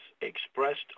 expressed